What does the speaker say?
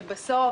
ובסוף